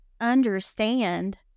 understand